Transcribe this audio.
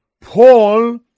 Paul